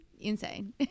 insane